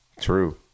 true